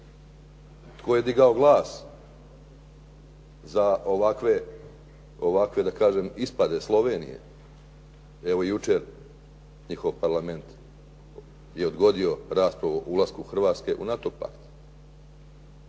Tko je digao glas za ovakve da kažem ispade Slovenije. Evo jučer njihov parlament je odgodio raspravu o ulasku Hrvatske u NATO pakt,